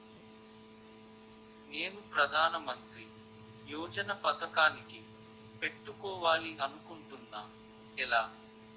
నేను ప్రధానమంత్రి యోజన పథకానికి పెట్టుకోవాలి అనుకుంటున్నా ఎలా?